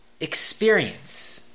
experience